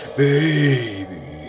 baby